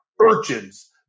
urchins